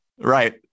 Right